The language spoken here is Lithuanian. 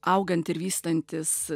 augant ir vystantis